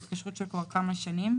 התקשרות של כמה שנים,